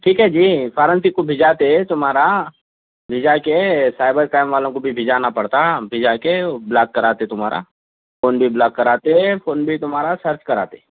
ٹھیک ہے جی فارنسک کو بھجاتے تمہارا بھجا کے سائبر کرائم والوں کو بھی بھجانا پڑتا بھجا کے بلاک کراتے تمہارا فون بھی بلاک کراتے فون بھی تمہارا سرچ کراتے